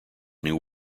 new